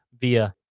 via